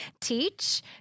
teach